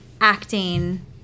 acting